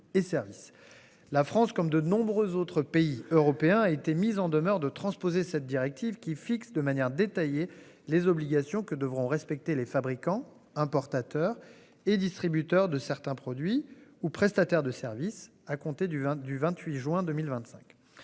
La France comme de nombreux autres pays européens a été mise en demeure de transposer cette directive qui fixe de manière détaillée les obligations que devront respecter les fabricants importateurs et distributeurs de certains produits ou prestataires de service à compter du 20 du 28 juin 2025.